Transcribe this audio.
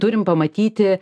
turim pamatyti